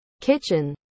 kitchen